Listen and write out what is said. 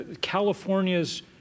California's